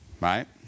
right